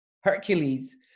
Hercules